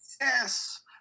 yes